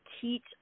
teach